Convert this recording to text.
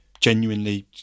genuinely